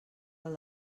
del